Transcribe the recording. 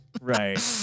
Right